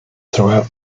throughout